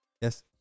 yes